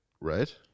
Right